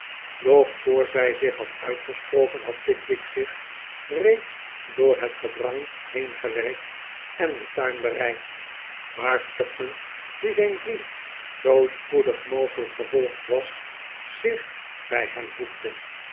doch vooi zij had uitgesproken had pickwick zich reeds door het gedrang heengewerkt en den tuin bereikt waar tupman die zijn vriend zoo spoedig mogelijk gevolgd was zich bij hem voegde